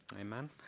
Amen